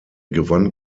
gewann